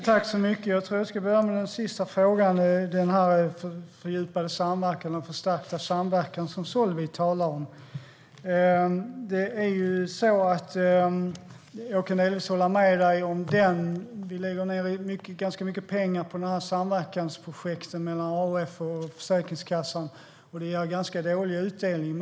Herr talman! Jag ska börja med den sista frågan, som handlade om fördjupad och förstärkt samverkan. Jag kan delvis hålla med dig om detta. Vi lägger ned ganska mycket pengar på samverkansprojekten mellan AF och Försäkringskassan, och det ger rätt dålig utdelning.